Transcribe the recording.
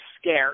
scared